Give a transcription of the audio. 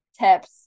Tips